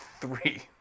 three